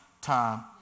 time